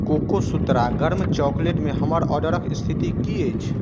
कोकोसूत्रा गर्म चॉकलेटमे हमर ऑर्डरक स्थिति की अछि